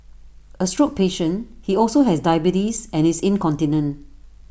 A stroke patient he also has diabetes and is incontinent